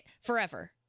forever